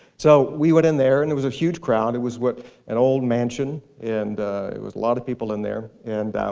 so we went in there, and it was a huge crowd. it was an and old mansion. and it was a lot of people in there. and